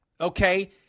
Okay